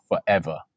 forever